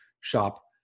shop